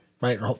right